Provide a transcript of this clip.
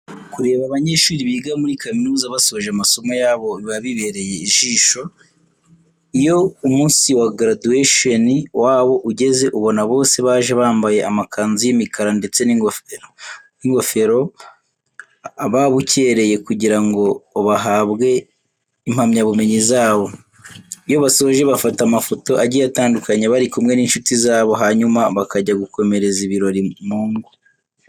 Kureba abanyeshuri biga muri kaminuza basoje amasomo yabo biba bibereye ijisho. Iyo umunsi wa graduation wabo ugeze ubona bose baje bambaye amakanzu y'imikara ndetse n'ingofero, babukereye kugira ngo bahabwe impamyabumenyi zabo. Iyo basoje bafata amafoto agiye atandukanye bari kumwe n'inshuti zabo hanyuma bakajya gukomereza ibirori mu ngo.